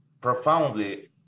profoundly